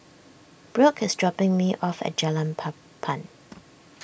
Brooke is dropping me off at Jalan Papan